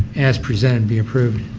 as presented, be approved.